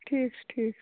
ٹھیٖک چھُ ٹھیٖک چھُ